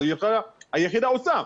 אבל היחידה עושה,